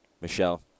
Michelle